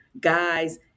guys